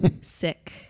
sick